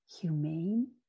humane